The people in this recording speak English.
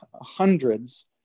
hundreds